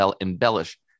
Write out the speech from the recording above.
embellish